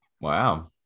Wow